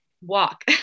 walk